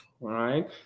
right